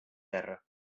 terra